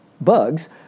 bugs